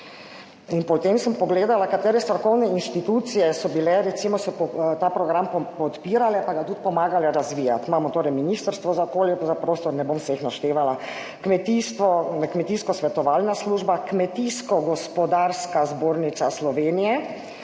potem sem pogledala, katere strokovne inštitucije so bile, 69. TRAK (VI) 16.55 (nadaljevanje) recimo, so ta program podpirale, pa ga tudi pomagale razvijati. Imamo torej Ministrstvo za okolje in prostor, ne bom vse jih naštevala, Kmetijsko svetovalna služba, Kmetijsko-gospodarska zbornica Slovenije,